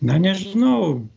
na nežinau